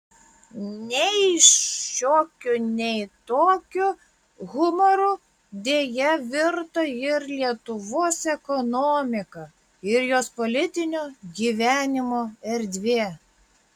nei šiokiu nei tokiu humoru deja virto ir lietuvos ekonomika ir jos politinio gyvenimo erdvė